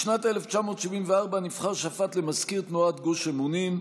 בשנת 1974 נבחר שפט למזכיר תנועת גוש אמונים,